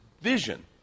vision